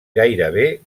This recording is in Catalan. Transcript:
gairebé